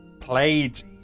played